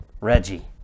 Reggie